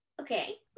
Okay